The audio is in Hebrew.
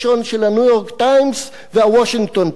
של ה"ניו-יורק טיימס" וה"וושינגטון פוסט",